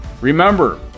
remember